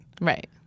Right